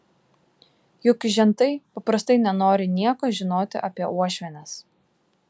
juk žentai paprastai nenori nieko žinoti apie uošvienes